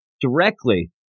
directly